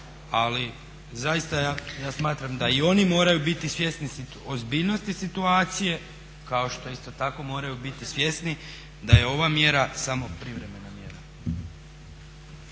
ali zaista ja smatram da i oni moraju biti svjesni ozbiljnosti situacije kao što isto tako moraju biti svjesni da je ova mjera samo privremena mjera.